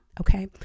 Okay